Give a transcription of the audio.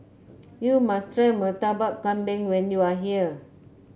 you must try Murtabak Kambing when you are here